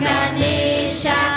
Ganisha